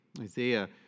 Isaiah